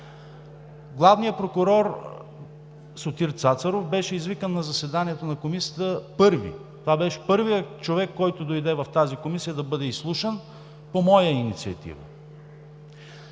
Главният прокурор Сотир Цацаров беше извикан на заседанието на Комисията първи. Това беше първият човек, който дойде в тази комисия да бъде изслушан по моя инициатива.